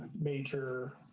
major